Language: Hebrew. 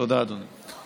תודה, אדוני.